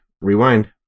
rewind